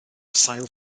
sail